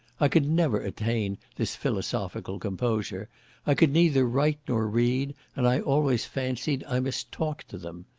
i could never attain this philosophical composure i could neither write nor read, and i always fancied i must talk to them.